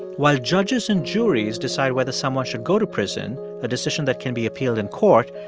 while judges and juries decide whether someone should go to prison, a decision that can be appealed in court,